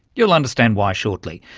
you'll understand why shortly.